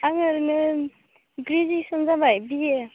आङो ग्रेजुवेसन जाबाय बि ए